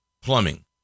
plumbing